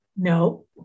No